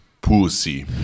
Pussy